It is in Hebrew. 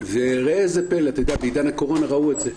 וראה זה פלא, בעידן הקורונה ראו את זה.